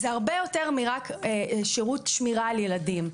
זה הרבה יותר מרק שרות שמירה על ילדים.